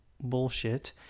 bullshit